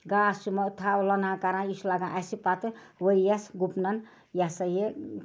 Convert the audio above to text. گاسہٕ چھِ مو تھَو لُنان کران یہِ چھِ لَگان اَسہِ پتہٕ ؤرِیَس گُپنَن یہ ہسا یہِ